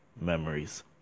memories